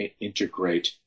integrate